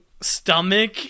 stomach